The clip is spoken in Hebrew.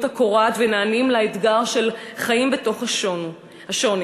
הקורעת ונענים לאתגר של חיים בתוך השוני.